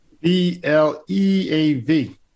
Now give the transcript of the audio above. b-l-e-a-v